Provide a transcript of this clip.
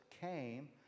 came